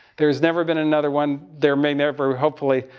there's never been another one. there may never, hopefully.